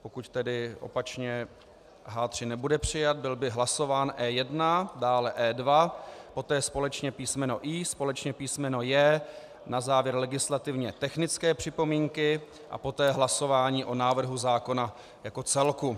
Pokud tedy opačně H3 nebude přijat, byl by hlasován E1, dále E2, poté společně písmeno I, společně písmeno J. Na závěr legislativně technické připomínky a poté hlasování o návrhu zákona jako celku.